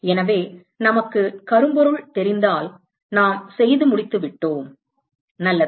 எனவே நமக்கு கரும்பொருள் தெரிந்தால் நாம் செய்து முடித்து விட்டோம் நல்லது